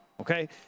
Okay